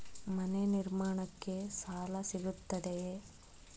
ಮನೆ ನಿರ್ಮಾಣಕ್ಕೆ ಸಾಲ ಸಿಗುತ್ತದೆಯೇ?